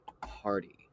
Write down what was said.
Party